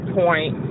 point